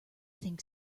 think